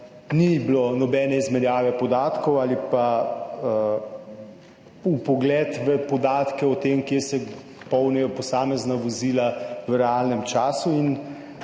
ni bilo nobene izmenjave podatkov ali pa vpogleda v podatke o tem, kje se polnijo posamezna vozila v realnem času. In